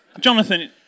Jonathan